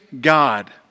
God